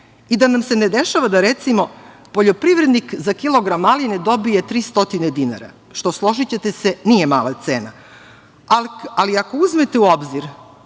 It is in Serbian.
i da nam se ne dešava da recimo poljoprivrednik za kilogram maline dobije 300 dinara, što složićete se nije mala cena, ali ako uzmete u obzir